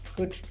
Good